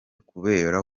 kubera